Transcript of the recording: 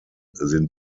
sind